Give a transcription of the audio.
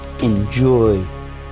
enjoy